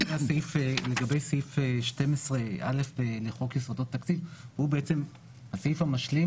לגבי סעיף 12א לחוק יסודות התקציב הוא הסעיף המשלים